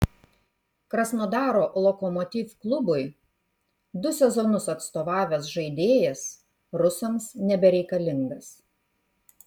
krasnodaro lokomotiv klubui du sezonus atstovavęs žaidėjas rusams nebereikalingas